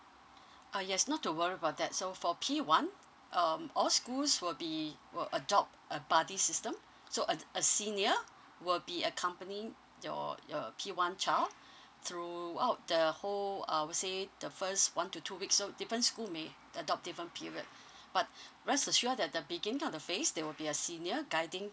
uh yes not to worry about that so for P one um all schools will be will adopt a buddy system so a a senior will be accompanying your your P one child throughout the whole I will say the first one to two weeks so different school may adopt different period but rest assure that the beginning of the phase they will a senior guiding